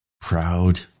proud